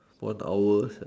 one hour